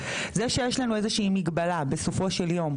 זה שיש לנו איזה שהיא מגבלה בסופו של יום,